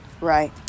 right